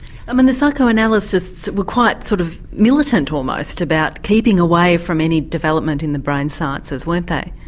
i mean the psychoanalysts were quite sort of militant almost about keeping away from any development in the brain sciences weren't they?